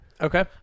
Okay